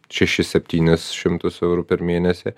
šešis septynis šimtus eurų per mėnesį